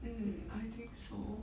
mm I think so